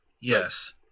Yes